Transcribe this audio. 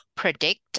predict